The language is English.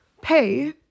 pay